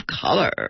color